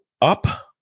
up